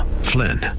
Flynn